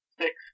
six